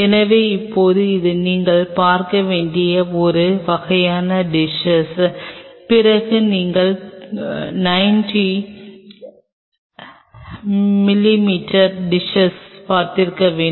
எனவே இப்போது இது நீங்கள் பார்த்திருக்க வேண்டிய ஒரு வகையான டிஸ்ஸஸ் பிறகு நீங்கள் 90 மிமீ டிஸ்ஸஸ் பார்த்திருக்க வேண்டும்